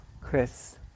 Chris